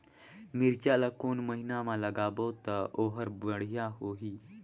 मिरचा ला कोन महीना मा लगाबो ता ओहार बेडिया होही?